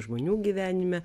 žmonių gyvenime